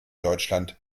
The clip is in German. deutschland